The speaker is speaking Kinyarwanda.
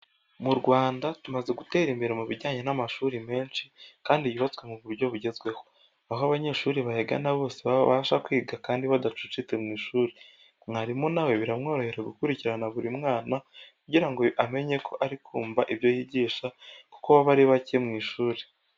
Mu Rwanda tumaze gutera imbere mu bijyanye n'amashuri menshi kandi yubatswe muburyo bugezweho, aho abanyeshuri bayagana bose babasha kwiga kandi badacucitse mw'ishuri. Mwarimu nawe biramworohera gukurikirana buri mwana kugira ngo amenye ko ari kumva ibyo yigisha kuko baba ari bacye mu ishuri.